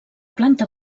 planta